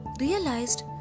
realized